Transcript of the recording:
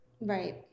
Right